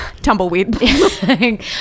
tumbleweed